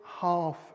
half